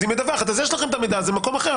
היא מדווחת, כך שיש לכם את המידע הזה במקום אחר.